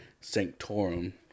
Sanctorum